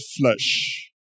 flesh